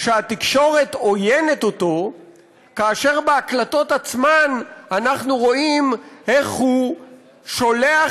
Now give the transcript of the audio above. שהתקשורת עוינת אותו כאשר בהקלטות עצמן אנחנו רואים איך הוא שולח